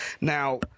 Now